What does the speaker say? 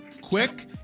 quick